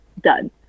done